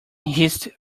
hissed